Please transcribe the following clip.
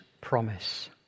promise